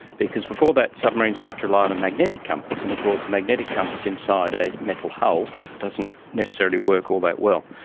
because before that submarines had to rely on a and magnetic compass, and of course a magnetic compass inside a metal hull doesn't necessarily work all that well.